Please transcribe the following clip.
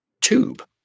tube